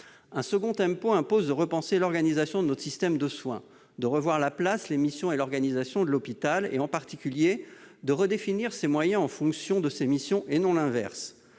Un second tempo impose de repenser l'organisation de notre système de soins, de revoir la place, les missions et l'organisation de l'hôpital et de redéfinir en particulier ses moyens en fonction de ses missions, et non l'inverse.